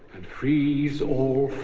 and frees all